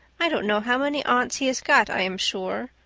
i don't know how many aunts he has got, i am sure.